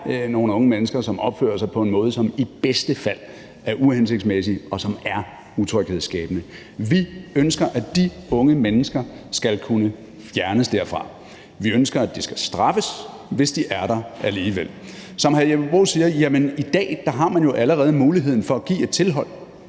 nogle unge mennesker, som opfører sig på en måde, som i bedste fald er uhensigtsmæssig, og som er utryghedsskabende. Vi ønsker, at de unge mennesker skal kunne fjernes derfra. Vi ønsker, at de skal straffes, hvis de er der alligevel. Som hr. Jeppe Bruus siger: Jamen i dag har man jo allerede muligheden for at give et tilhold.